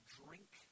drink